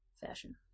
fashion